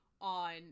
on